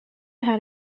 had